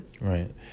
Right